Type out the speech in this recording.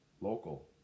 Local